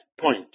point